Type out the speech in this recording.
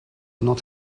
not